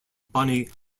bonnie